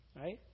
right